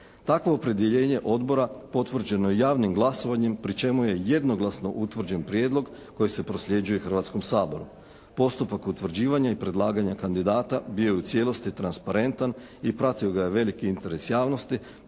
Takvo opredjeljenje Odbora potvrđeno je javnim glasovanjem pri čemu je jednoglasno utvrđen prijedlog koji se prosljeđuje Hrvatskom saboru. Postupak utvrđivanja i predlaganja kandidata bio je u cijelosti transparentan i pratio je veliki interes javnosti